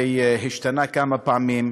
שהשתנה כמה פעמים.